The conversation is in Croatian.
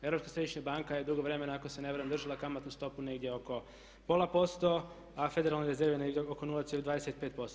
Europska središnja banka je dugo vremena ako se ne varam držala kamatnu stopu negdje oko pola posto a federalne rezerve oko 0,25%